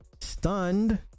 Stunned